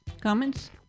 Comments